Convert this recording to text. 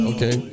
Okay